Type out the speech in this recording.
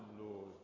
Lord